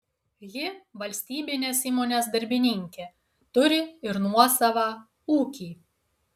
ji valstybinės įmonės darbininkė turi ir nuosavą ūkį